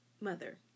mother